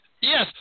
Yes